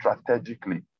strategically